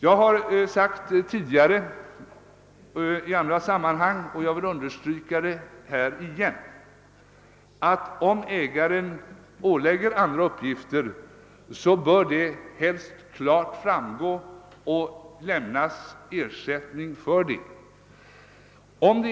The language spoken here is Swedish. Jag har sagt tidigare i olika sammanhang, och jag vill understryka det igen, att om ägaren ålägger företaget andra uppgifter, bör det lämnas ersättning för detta.